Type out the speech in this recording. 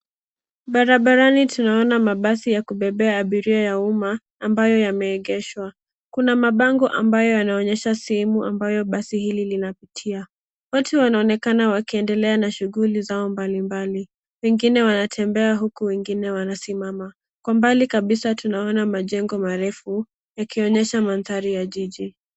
Barabarani tunaona mabasi ya kubebea abiria ya umma, ambayo yameegeshwa. Kuna mabango ambayo yanaonyesha sehemu ambayo basi hili linapitia. Watu wanaonekana wakiendelea na shughuli zao mbalimbali. Wengine wanatembea huku wengine wanasimama, kwa mbali tunaona majengo marefu yakionyesha mandhari ya jiji.